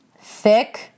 thick